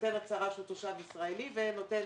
נותן הצהרה של תושב ישראלי ונותן